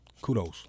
kudos